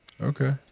Okay